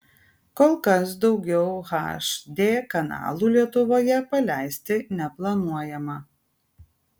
kol kas daugiau hd kanalų lietuvoje paleisti neplanuojama